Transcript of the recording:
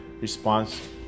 response